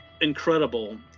incredible